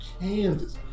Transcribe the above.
Kansas